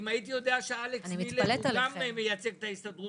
אם הייתי יודע שאלכס מילר הוא גם מייצג את ההסתדרות,